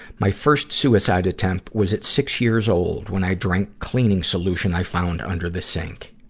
my first suicide attempt was at six years old, when i drank cleaning solution i found under the sink.